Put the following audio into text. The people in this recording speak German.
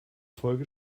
folge